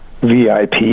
VIP